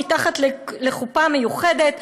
מתחת לחופה מיוחדת,